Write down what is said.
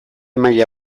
maila